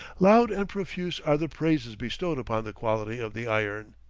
loud and profuse are the praises bestowed upon the quality of the iron.